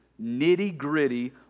Nitty-gritty